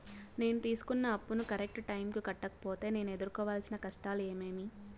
నేను తీసుకున్న అప్పును కరెక్టు టైముకి కట్టకపోతే నేను ఎదురుకోవాల్సిన కష్టాలు ఏమీమి?